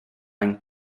ein